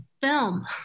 film